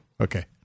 Okay